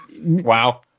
wow